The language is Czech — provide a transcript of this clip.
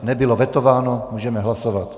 Nebylo vetováno, můžeme hlasovat.